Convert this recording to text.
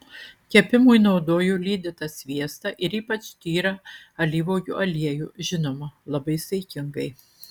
kepimui naudoju lydytą sviestą ir ypač tyrą alyvuogių aliejų žinoma labai saikingai